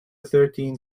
thirteen